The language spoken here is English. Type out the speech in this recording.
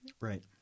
right